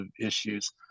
issues